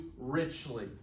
richly